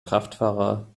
kraftfahrer